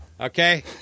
Okay